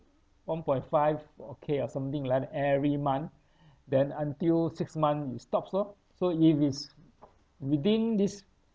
one point five uh K or something like that every month then until six month it stops lor so if it's within this